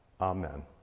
Amen